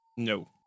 No